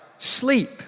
Sleep